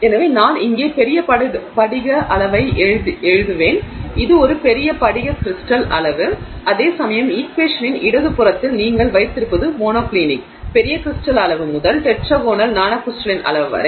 எனவே நான் இங்கே பெரிய படிக அளவை எழுதுவேன் இது ஒரு பெரிய கிரிஸ்டல் அளவு அதேசமயம் ஈக்வேஷனின் இடது புறத்தில் நீங்கள் வைத்திருப்பது மோனோக்ளினிக் பெரிய கிரிஸ்டல் அளவு முதல் டெட்ராகனல் நானோகிரிஸ்டலின் அளவு வரை